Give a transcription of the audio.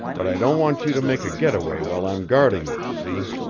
but i don't want you to make a get-away while i'm guarding you see?